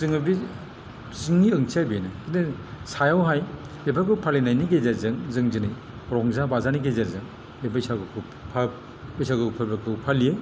जोङो बे सिंनि ओंथिया बेनो किन्तु सायावहाय बेफोरखौ फालिनायनि गेजेरजों जों दिनै रंजा बाजानि गेजेरजों बे बैसागुखौ बैसागु फोरबोखौ फालियो